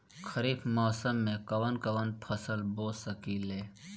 खरिफ मौसम में कवन कवन फसल बो सकि ले?